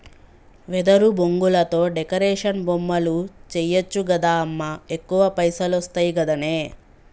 వెదురు బొంగులతో డెకరేషన్ బొమ్మలు చేయచ్చు గదా అమ్మా ఎక్కువ పైసలొస్తయి గదనే